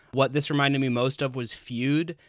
what this reminded me most of was feud.